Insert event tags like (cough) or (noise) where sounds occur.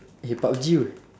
eh pub G (noise)